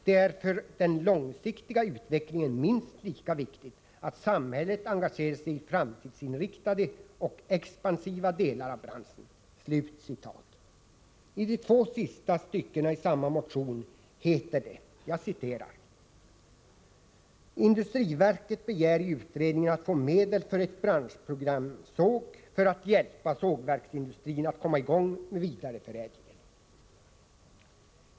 Det är för den långsiktiga utvecklingen minst lika viktigt att samhället engagerar sig i framtidsinriktade och expansiva delar av branschen.” I de två sista styckena i samma motion heter det: ”Industriverket begär i utredningen att få medel för ett ”Branschprogram Såg för att hjälpa sågverksindustrin att komma i gång med vidareförädlingen.